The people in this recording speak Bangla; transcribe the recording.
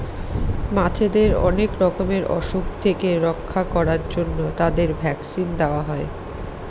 মাছেদের অনেক রকমের অসুখ থেকে রক্ষা করার জন্য তাদের ভ্যাকসিন দেওয়া হয়